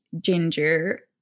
ginger